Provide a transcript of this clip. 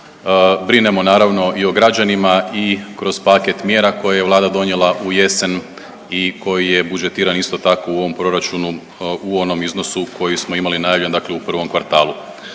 Brinemo naravno i o građanima i kroz paket mjera koje je Vlada donijela u jesen i koji je budžetiran isto tako u ovom proračunu u onom iznosu koji smo imali najavljen, dakle u prvom kvartalu.